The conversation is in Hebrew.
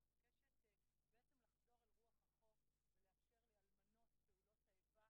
אני מבקשת בעצם לחזור אל רוח החוק ולאפשר לאלמנות פעולות האיבה